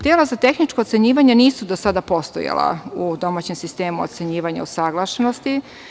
Tela za tehničko ocenjivanje nisu do sada postojala u domaćem sistemu ocenjivanja usaglašenosti.